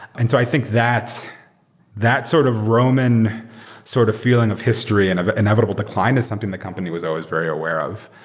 and so i think that that sort of roman sort of feeling of history and inevitable decline is something the company was always very aware of.